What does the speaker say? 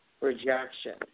rejection